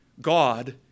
God